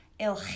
El